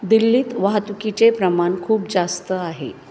दिल्लीत वाहतुकीचे प्रमाण खूप जास्त आहे